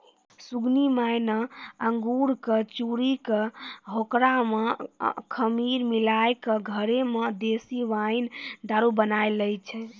सुगनी माय न अंगूर कॅ चूरी कॅ होकरा मॅ खमीर मिलाय क घरै मॅ देशी वाइन दारू बनाय लै छै